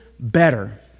better